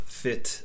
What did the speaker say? fit